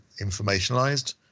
informationalized